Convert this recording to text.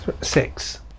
six